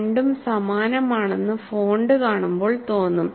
രണ്ടും സമാനമാണെന്ന് ഫോണ്ട് കാണുമ്പോൾ തോന്നും